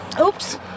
Oops